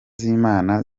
z’imana